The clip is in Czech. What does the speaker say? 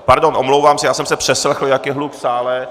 Pardon, omlouvám se, já jsem se přeslechl, jak je hluk v sále.